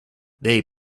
they